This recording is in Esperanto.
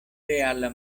reala